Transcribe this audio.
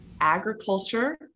Agriculture